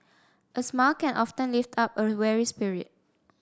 a smile can often lift up a weary spirit